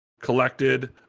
collected